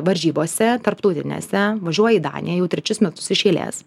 varžybose tarptautinėse važiuoji į daniją jau trečius metus iš eilės